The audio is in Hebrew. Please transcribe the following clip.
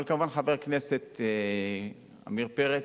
חבר הכנסת עמיר פרץ,